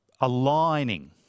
aligning